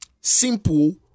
simple